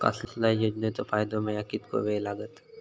कसल्याय योजनेचो फायदो मेळाक कितको वेळ लागत?